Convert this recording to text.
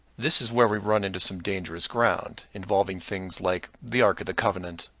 this is where we run into some dangerous ground involving things like the arc of the covenant,